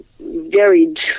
varied